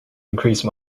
increase